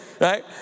right